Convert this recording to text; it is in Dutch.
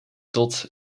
tot